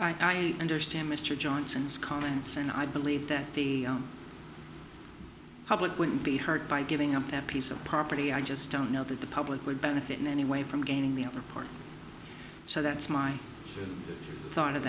well i understand mr johnson's comments and i believe that the public wouldn't be hurt by giving up that piece of property i just don't know that the public would benefit in any way from gaining the upper part so that's my thought of